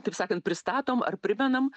taip sakant pristatom ar primenam